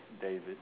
David